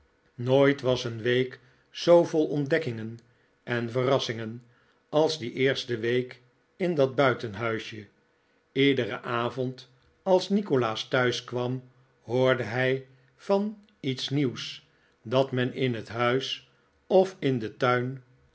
nooit was een week zoo vol ontdekkingen en verrassingen als die eerste week in dat buitenhuisje iederen avond als nikolaas thuis kwam hoorde hij van iets nieuws dat men in het huis of in den tuin